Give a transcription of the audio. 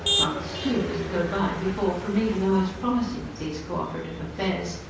months, too, must go by before, from even the most promising of these co-operative affairs,